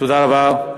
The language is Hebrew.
תודה רבה.